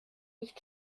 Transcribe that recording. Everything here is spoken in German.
nicht